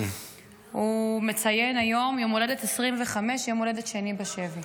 הוא מציין היום יום הולדת 25, יום הולדת שני בשבי.